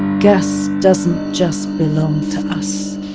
gas doesn't just belong to us